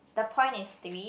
the point is three